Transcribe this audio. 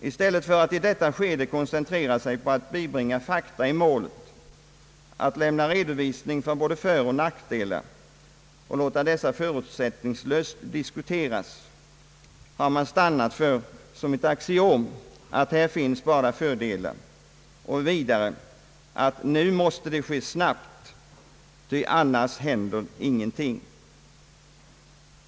I stället för att i detta skede koncentrera sig på att bibringa fakta i målet, att lämna redovisning om både föroch nackdelar och låta dessa förutsättningslöst diskuteras, har man ansett det som ett axiom att här bara finns fördelar — och vidare att nu måste det ske snabbt, ty annars händer ingenting.